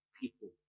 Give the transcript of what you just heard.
people